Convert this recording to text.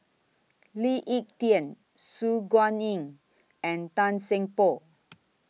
Lee Ek Tieng Su Guaning and Tan Seng Poh